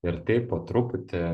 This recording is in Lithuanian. ir taip po truputį